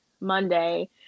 Monday